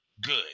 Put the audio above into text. good